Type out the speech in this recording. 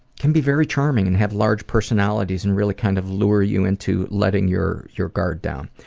can be very charming and have large personalities and really kind of lure you into letting your your guard down.